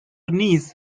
knees